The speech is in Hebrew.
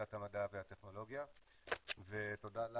בוועדת המדע והטכנולוגיה, ותודה,